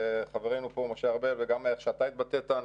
חברנו פה משה ארבל וגם מאיך שאתה התבטאת,